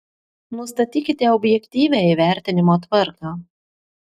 nustatykite objektyvią įvertinimo tvarką